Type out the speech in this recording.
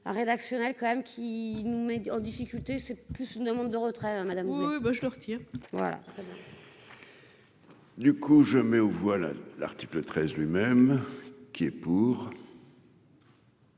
ah rédactionnelle quand même qui nous met en difficulté, c'est plus une demande de retrait hein madame monsieur bonjour, tiens voilà. Du coup, je mets aux voix, l'article 13 lui-même qui est pour.